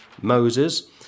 Moses